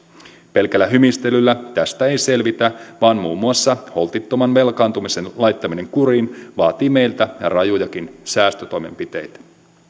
pelkällä hymistelyllä tästä ei selvitä vaan muun muassa holtittoman velkaantumisen laittaminen kuriin vaatii meiltä rajujakin säästötoimenpiteitä